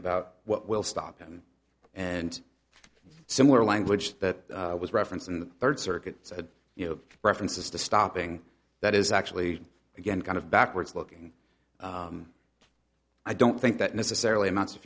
about what will stop and and similar language that was referenced in the third circuit said you know references to stopping that is actually again kind of backwards looking i don't think that necessarily amounts of